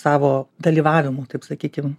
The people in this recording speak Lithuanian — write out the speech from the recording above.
savo dalyvavimu taip sakykim